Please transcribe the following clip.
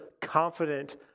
confident